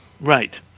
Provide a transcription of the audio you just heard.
Right